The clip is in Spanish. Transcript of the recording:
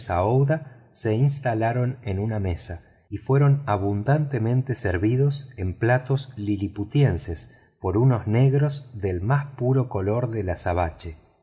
se instalaron en una mesa y fueron abundantemente servidos en platos liliputienses por unos negros del más puro color de azabache